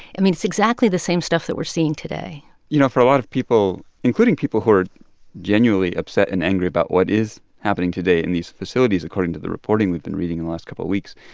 i mean, it's exactly the same stuff that we're seeing today you know, for a lot of people, including people who are genuinely upset and angry about what is happening today in these facilities, according to the reporting we've been reading in the last couple weeks,